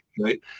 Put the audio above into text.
right